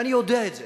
ואני יודע את זה,